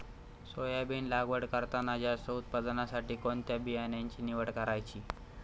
Soybean लागवड करताना जास्त उत्पादनासाठी कोणत्या बियाण्याची निवड करायची?